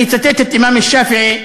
אני אצטט את אימאם אל-שאפעי,